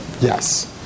Yes